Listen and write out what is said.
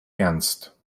ernst